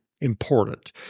important